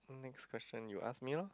next question you ask me loh